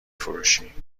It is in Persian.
فروشی